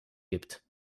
gibt